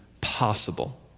possible